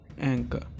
anchor